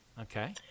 Okay